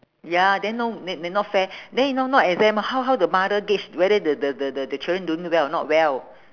ya then no may~ then not fair then you know no exam how how the mother gauge whether the the the the the children doing well or not well